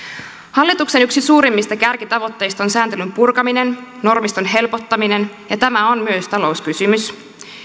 hallituksen suurimmista kärkitavoitteista on sääntelyn purkaminen normiston helpottaminen ja tämä on myös talouskysymys